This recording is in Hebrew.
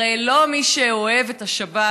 הרי לא מי שאוהב את השבת